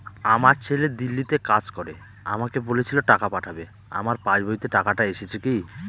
আমার ছেলে দিল্লীতে কাজ করে আমাকে বলেছিল টাকা পাঠাবে আমার পাসবইতে টাকাটা এসেছে কি?